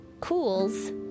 cools